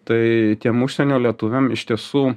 tai tiem užsienio lietuviam iš tiesų